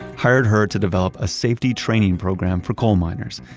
hired her to develop a safety training program for coal miners.